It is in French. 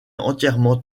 entièrement